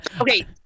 Okay